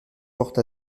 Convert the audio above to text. porte